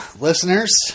Listeners